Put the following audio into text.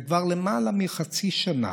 כבר למעלה מחצי שנה